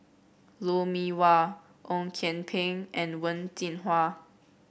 Lou Mee Wah Ong Kian Peng and Wen Jinhua